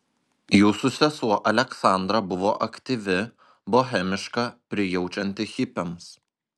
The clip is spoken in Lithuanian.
jūsų sesuo aleksandra buvo aktyvi bohemiška prijaučianti hipiams